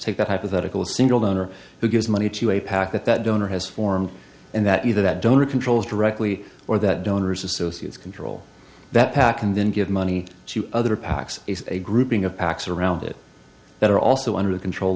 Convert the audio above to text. take that hypothetical single donor who gives money to a pac that that donor has formed and that either that donor controls directly or that donors associates control that pac and then give money to other pacs a grouping of pacs around it that are also under the control